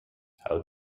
how